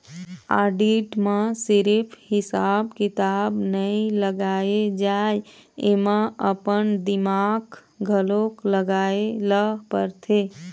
audit म सिरिफ हिसाब किताब नइ लगाए जाए एमा अपन दिमाक घलोक लगाए ल परथे